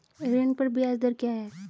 ऋण पर ब्याज दर क्या है?